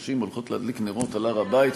נשים הולכות להדליק נרות על הר-הבית,